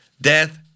death